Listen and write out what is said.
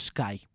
Sky